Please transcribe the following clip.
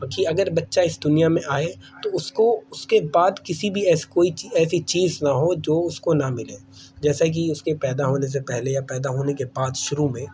کہ اگر بچہ اس دنیا میں آئے تو اس کو اس کے بعد کسی بھی کوئی ایسی چیز نہ ہو جو اس کو نہ ملے جیسا کہ اس کے پیدا ہونے سے پہلے یا پیدا ہونے کے بعد شروع میں